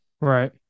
Right